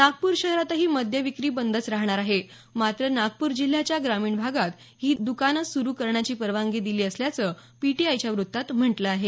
नागपूर शहरातही मद्य विक्री बंदच राहणार आहे मात्र नागपूर जिल्ह्याच्या ग्रामीण भागात ही दकानं सुरू करण्याची परवानगी असल्याचं पीटीआयच्या वृत्तात म्हटलं आहे